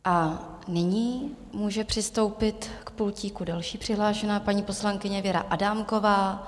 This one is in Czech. A nyní může přistoupit k pultíku další přihlášená, paní poslankyně Věra Adámková.